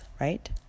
right